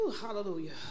Hallelujah